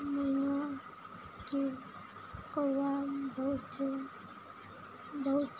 मैना चील कौआ बहुत छै बहुत